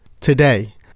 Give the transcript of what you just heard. Today